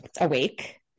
awake